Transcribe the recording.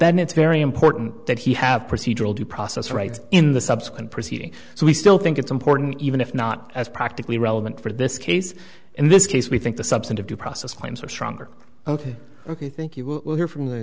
then it's very important that he have procedural due process rights in the subsequent proceedings so we still think it's important even if not as practically relevant for this case in this case we think the substantive due process claims are stronger ok i think you will hear from the